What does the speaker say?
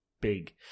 big